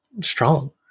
strong